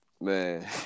man